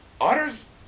otters